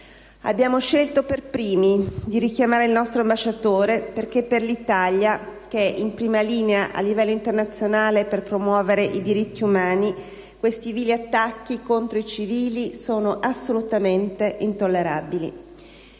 Abbiamo scelto per primi di richiamare il nostro ambasciatore, perché per l'Italia, che è in prima linea a livello internazionale per promuovere i diritti umani, questi vili attacchi contro i civili sono assolutamente intollerabili.